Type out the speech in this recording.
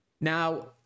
now